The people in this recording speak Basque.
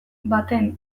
baten